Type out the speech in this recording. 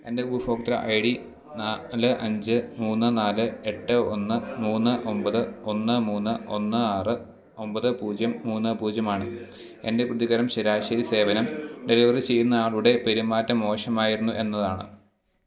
എന്റെ ഉപഭോക്തൃ I D നാല് അഞ്ച് മൂന്ന് നാല് എട്ട് ഒന്ന് മൂന്ന് ഒമ്പത് ഒന്ന് മൂന്ന് ഒന്ന് ആറ് ഒമ്പത് പൂജ്യം മൂന്ന് പൂജ്യമാണ് എന്റെ പ്രതികരണം ശരാശരി സേവനം ഡെലിവറി ചെയ്യുന്നയാളുടെ പെരുമാറ്റം മോശമായിരിന്നു എന്നതാണ്